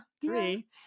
three